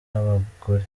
abagore